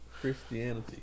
Christianity